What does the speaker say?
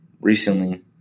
recently